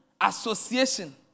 association